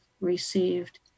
received